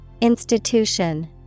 Institution